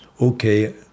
Okay